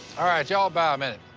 all right. y'all bow a minute.